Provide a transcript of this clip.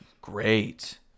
great